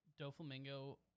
Doflamingo